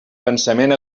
pensament